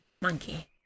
Monkey